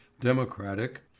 Democratic